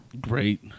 Great